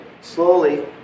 slowly